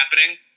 happening